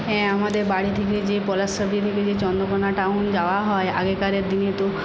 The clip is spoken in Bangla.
হ্যাঁ আমাদের বাড়ি থেকে যে পলাশচাবড়ি থেকে যে চন্দ্রকোনা টাউন যাওয়া হয় আগেকারের দিনে তো